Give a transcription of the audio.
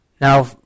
Now